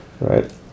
Right